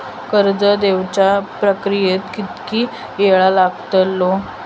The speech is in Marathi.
कर्ज देवच्या प्रक्रियेत किती येळ लागतलो?